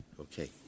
Okay